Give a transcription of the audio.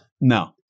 No